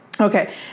Okay